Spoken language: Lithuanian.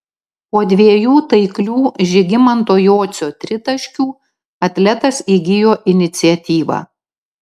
po dviejų taiklių žygimanto jocio tritaškių atletas įgijo iniciatyvą